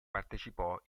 partecipò